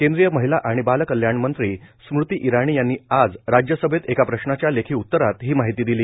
केंद्रीय महिला आणि बाल कल्याण मंत्री स्मृती इराणी यांनी आज राज्यसभेत एका प्रश्नाच्या लेखी उतरात ही माहिती दिली